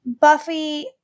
Buffy